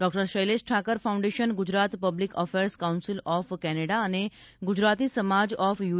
doctor Shailesh Thakar foundation Gujarat public affairs council of Canada અને Gujarati Samaj of you